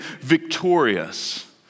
victorious